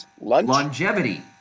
Longevity